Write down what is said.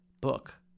book